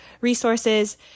resources